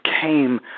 came